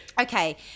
Okay